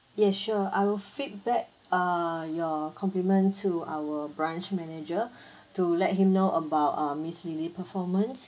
ya sure I will feedback err your complement to our branch manager to let him know about uh miss lily performance